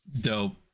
dope